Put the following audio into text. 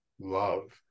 love